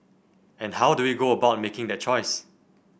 and how do we go about making the choice